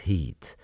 Heat